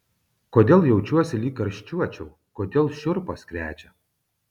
kodėl jaučiuosi lyg karščiuočiau kodėl šiurpas krečia